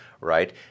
right